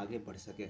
آگے بڑھ سکیں